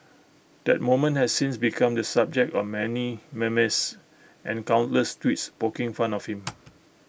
that moment has since become the subject of many memes and countless tweets poking fun of him